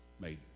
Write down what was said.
made